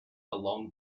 along